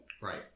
Right